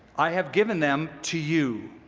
i have given them to you.